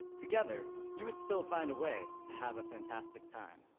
together, you would still find a way to have a fantastic time.